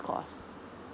course